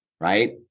right